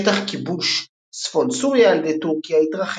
שטח כיבוש צפון סוריה על ידי טורקיה התרחב.